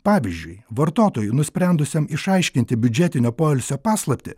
pavyzdžiui vartotojui nusprendusiam išaiškinti biudžetinio poilsio paslaptį